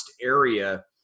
area